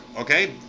Okay